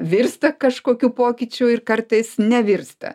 virsta kažkokiu pokyčiu ir kartais nevirsta